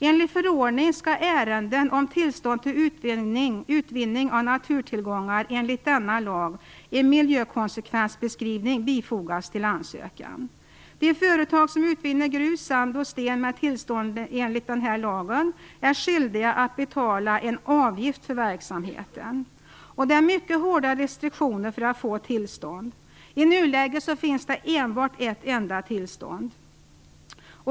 Enligt förordning skall ärenden om tillstånd till utvinning av naturtillgångar enligt denna lag en miljökonsekvensbeskrivning bifogas till ansökan. De företag som utvinner grus, sand och sten med tillstånd enligt kontinentalsockellagen är skyldiga att betala en avgift för verksamheten. Det är mycket hårda restriktioner när det gäller att få tillstånd. I nuläget finns det enbart ett enda tillstånd.